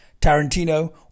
Tarantino